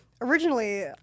Originally